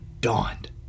dawned